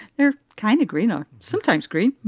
they're kind of greener, sometimes green.